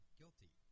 guilty